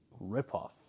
ripoff